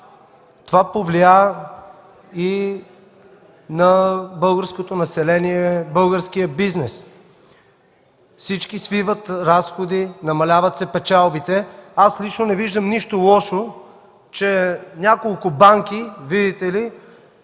Това повлия и на българското население, българския бизнес – всички свиват разходи, намаляват се печалбите. Лично аз не виждам нищо лошо, че няколко банки, видите ли,